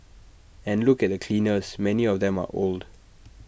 and look at the cleaners many of them are old